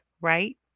right